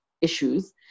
issues